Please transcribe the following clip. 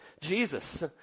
Jesus